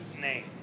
name